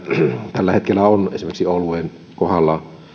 tällä hetkellä on esimerkiksi oluen kohdalla